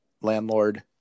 landlord